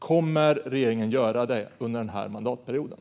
Kommer regeringen att göra det under den här mandatperioden?